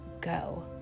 go